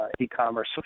e-commerce